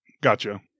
Gotcha